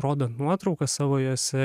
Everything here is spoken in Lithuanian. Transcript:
rodant nuotraukas savo jose